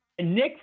Nick